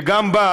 שגם בה,